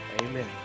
Amen